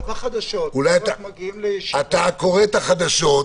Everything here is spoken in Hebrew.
גם בחדשות -- מגיעים לישיבות --- אתה קורא את החדשות,